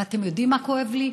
ואתם יודעים מה כואב לי?